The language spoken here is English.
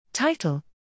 Title